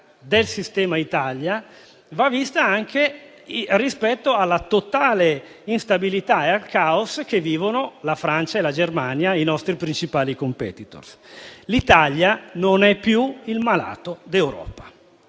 L'Italia non è più il malato d'Europa,